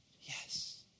yes